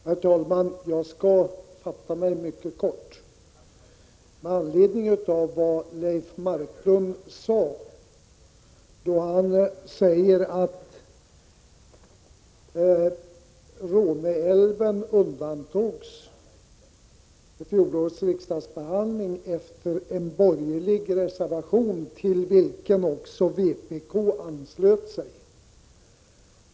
Herr talman! Jag skall fatta mig mycket kort. Leif Marklund sade att Råneälven undantogs i fjolårets riksdagsbeslut efter en borgerlig reservation, till vilken också vpk anslöt sig.